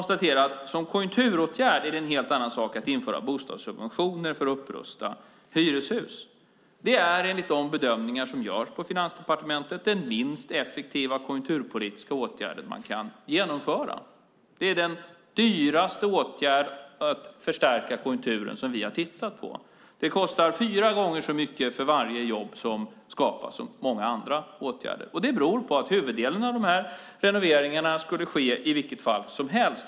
Som konjunkturåtgärd är det en helt annan sak att införa bostadssubventioner för att upprusta hyreshus. Det är enligt de bedömningar som görs på Finansdepartementet den minst effektiva konjunkturpolitiska åtgärd man kan genomföra. Det är den dyraste åtgärd för att förstärka konjunkturen som vi har tittat på. Det kostar fyra gånger så mycket för varje jobb som många andra åtgärder. Det beror på att huvuddelen av renoveringarna skulle ske i vilket fall som helst.